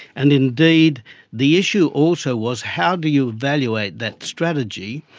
and indeed the issue also was how do you evaluate that strategy?